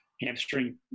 Hamstring